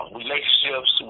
relationships